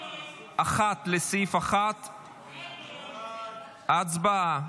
1 לסעיף 1. הצבעה.